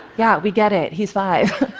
yeah, we get it, he's five.